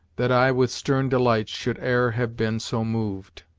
that i with stern delights should e'er have been so moved.